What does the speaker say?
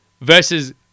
versus